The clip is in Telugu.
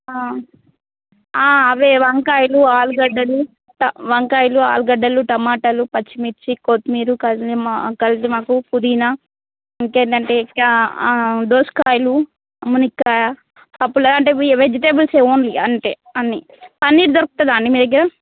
అవే వంకాయలు ఆలుగడ్డలు ట వంకాయలు ఆలుగడ్డలు టొమాటోలు పచ్చిమిర్చి కొత్తిమీరా కరీమా కరివేపాకు పుదీనా ఇంకేంటంటే కా దోసకాయలు మునక్కాయ పప్పుల అంటే వి వెజిటేబుల్స్ ఓన్లీ అంతే అన్ని పన్నీర్ దొరుకుతుందా అండి మీ దగ్గర